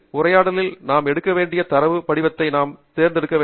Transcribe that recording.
உரையாடலில் நாம் எடுக்க வேண்டிய தரவு வடிவத்தை நாம் தேர்ந்தெடுக்க வேண்டும்